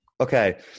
Okay